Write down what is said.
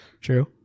True